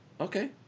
Okay